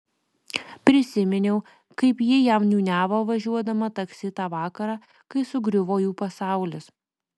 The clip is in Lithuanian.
prisiminiau kaip ji jam niūniavo važiuodama taksi tą vakarą kai sugriuvo jų pasaulis